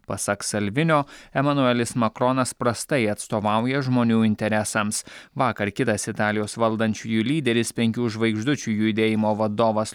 pasak salvinio emanuelis makronas prastai atstovauja žmonių interesams vakar kitas italijos valdančiųjų lyderis penkių žvaigždučių judėjimo vadovas